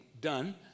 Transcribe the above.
done